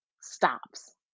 stops